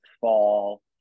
fall